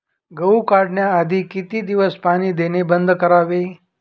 गहू काढण्याआधी किती दिवस पाणी देणे बंद करावे?